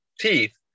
teeth